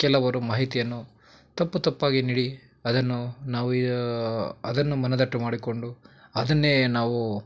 ಕೆಲವರು ಮಾಹಿತಿಯನ್ನು ತಪ್ಪು ತಪ್ಪಾಗಿ ನೀಡಿ ಅದನ್ನು ನಾವು ಯ ಅದನ್ನು ಮನದಟ್ಟು ಮಾಡಿಕೊಂಡು ಅದನ್ನೇ ನಾವು